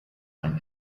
ein